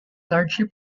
largely